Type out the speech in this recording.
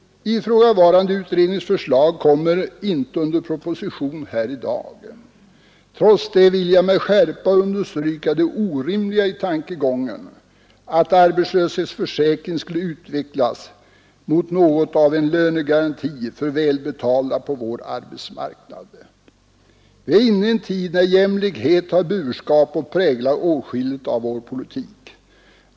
Ifrågavarande utredningsförslag kommer inte under proposition här i dag. Trots det vill jag med skärpa understryka det orimliga i tankegången att arbetslöshetsförsäkringen skulle utvecklas mot något av en lönegaranti för välbetalda på vår arbetsmarknad. Vi är inne i en tid, när jämlikhet har burskap och präglar åtskilligt av vår politik.